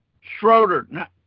Schroeder